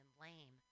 lame